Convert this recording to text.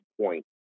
point